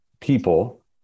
people